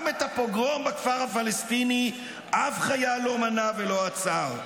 גם את הפוגרום בכפר הפלסטיני אף חייל לא מנע ולא עצר,